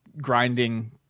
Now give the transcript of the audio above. grinding